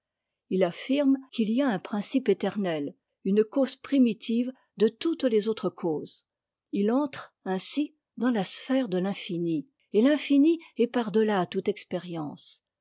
il affirme qu'il y a un principe éternel une cause primitive de toutes les autres causes il entre ainsi dans la sphère de l'infini et l'infini est par delà toute expérience